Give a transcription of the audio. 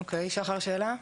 אוקי, שחר שאלה?